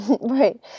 Right